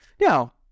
Now